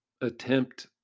attempt